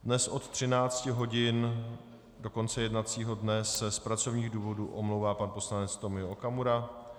Dnes od 13 hodin do konce jednacího dne se z pracovních důvodů omlouvá pan poslanec Tomio Okamura.